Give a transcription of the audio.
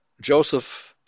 Joseph